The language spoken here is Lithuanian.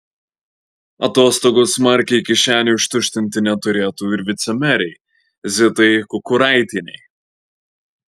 atostogos smarkiai kišenių ištuštinti neturėtų ir vicemerei zitai kukuraitienei